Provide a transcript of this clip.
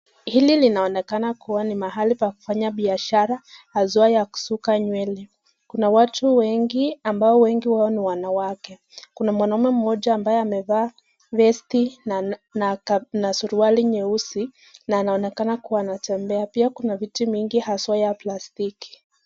Hili linaonekana kuwa ni mahali pa kufanya biashara haswa ya kusuka nywele. Kuna watu wengi ambapo wengi wao ni wanawake. Kuna mwanaume mmoja ambaye amevaa vesti na suruali nyeusi na anaonekana kuwa anatembea pia kuna viti mingi haswa ya plastiki.